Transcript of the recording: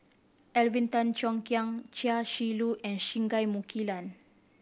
Alvin Tan Cheong Kheng Chia Shi Lu and Singai Mukilan